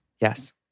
Yes